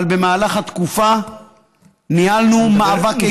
אבל במהלך התקופה ניהלנו מאבק איתנים,